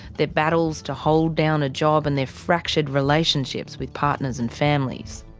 their battles to hold down a job and their fractured relationships with partners and families.